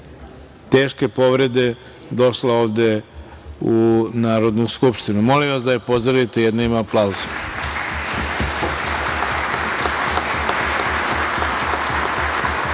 teške povrede došla ovde u Narodnu skupštinu. Molim vas da je pozdravite jednim aplauzom. Reč